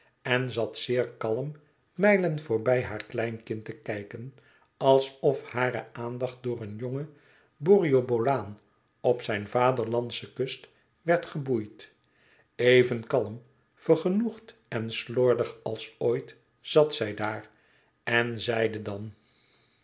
en zat zeer kalm mijlen voorbij haar kleinkind te kijken alsof hare aandacht door een jongen borrioboolaan op zijn vaderlandsche kust werd geboeid even kalm vergenoegd en slordig als ooit zat zij daar en zeide dan